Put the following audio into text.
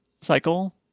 cycle